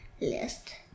list